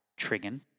trigon